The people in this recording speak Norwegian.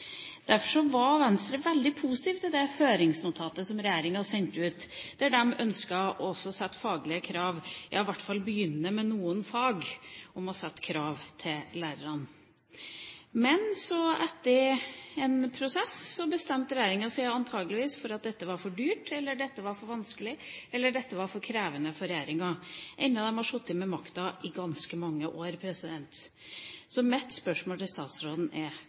var Venstre veldig positiv til det høringsnotatet som regjeringa sendte ut, der de ønsker å sette faglige krav – i hvert fall begynne med noen fag – til lærerne. Men så, etter en prosess, bestemte regjeringa seg antakeligvis for at dette var for dyrt, dette var for vanskelig, eller dette var for krevende for regjeringa, enda de har sittet med makta i ganske mange år. Så mine spørsmål til statsråden er: